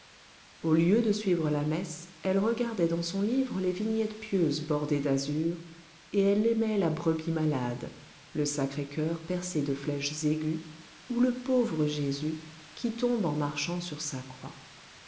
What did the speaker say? au lieu de suivre la messe elle regardait dans son livre les vignettes pieuses bordées d'azur et elle aimait la brebis malade le sacré-coeur percé de flèches aiguës ou le pauvre jésus qui tombe en marchant sur sa croix